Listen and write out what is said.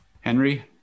henry